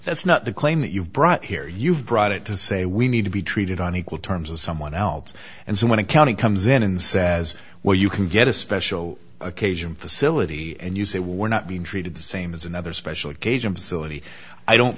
that's not the claim that you've brought here you've brought it to say we need to be treated on equal terms with someone else and so when a county comes in and says well you can get a special occasion facility and you say we're not being treated the same as another special occasion syllabi i don't